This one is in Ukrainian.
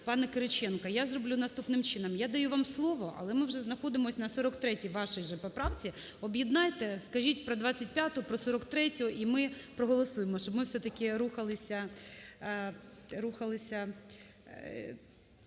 пане Кириченко, я зроблю наступним чином. Я даю вам слово. Але ми вже знаходимось на 43-й вашій же поправці. Об'єднайте, скажіть про 25-у, про 43-ю і ми проголосуємо. Щоб ми все-таки рухалися,